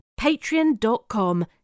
patreon.com